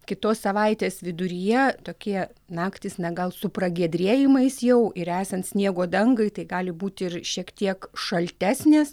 kitos savaitės viduryje tokie naktys na gal su pragiedrėjimais jau ir esant sniego dangai tai gali būt ir šiek tiek šaltesnės